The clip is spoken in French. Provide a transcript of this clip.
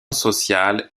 social